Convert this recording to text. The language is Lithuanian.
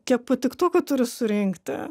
kiek patiktukų turiu surinkti